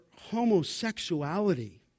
homosexuality